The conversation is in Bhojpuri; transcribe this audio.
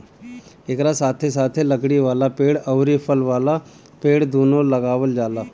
एकरा साथे साथे लकड़ी वाला पेड़ अउरी फल वाला पेड़ दूनो लगावल जाला